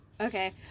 Okay